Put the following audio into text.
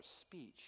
speech